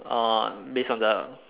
uh based on the